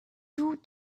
two